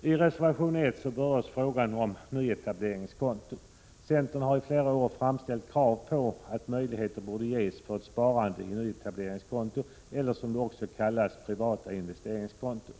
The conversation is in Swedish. I reservation nr 1 berörs frågan om nyetableringskonto. Centern har i flera år framställt krav på att möjligheter borde ges för ett sparande i nyetableringskonto eller, som det också kallas, privat investeringskonto.